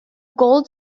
gold